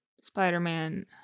Spider-Man